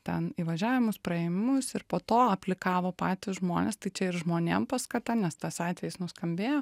ten įvažiavimus praėjimus ir po to aplikavo patys žmonės tai čia ir žmonėm paskata nes tas atvejis nuskambėjo